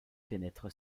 pénètre